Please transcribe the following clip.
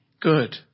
good